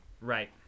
Right